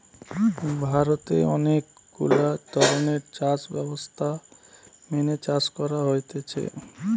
ভারতে অনেক গুলা ধরণের চাষ ব্যবস্থা মেনে চাষ করা হতিছে